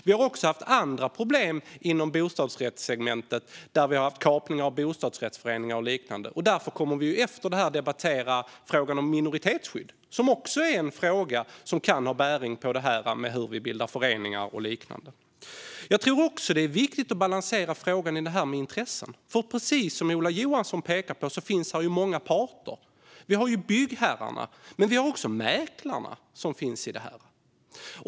Vi har också haft andra problem inom bostadsrättssegmentet, bland annat med kapning av bostadsrättsföreningar. Därför kommer vi efter detta att debattera frågan om minoritetsskydd, en fråga som också kan ha bäring på det här med hur vi bildar föreningar och liknande. Jag tror också att det är viktigt att balansera frågan vad gäller intressen. Precis som Ola Johansson pekar på finns det många parter. Vi har byggherrarna, men vi har också mäklarna.